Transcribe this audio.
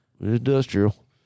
Industrial